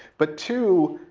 but two,